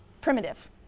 primitive